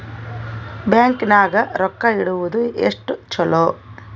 Bank ನಾಗ ರೊಕ್ಕ ಇಡುವುದು ಎಷ್ಟು ಚಲೋ?